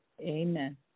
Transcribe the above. Amen